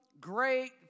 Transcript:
great